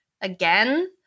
again